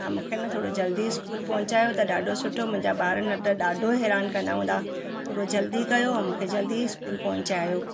तव्हां मूंखे न थोरो जल्दी स्कूल पहुचायो त ॾाढो सुठो मुंहिंजा ॿार न त ॾाढो हैरानु कंदा हूंदा थोरो जल्दी कयो ऐं मूंखे जल्दी स्कूल पहुचायो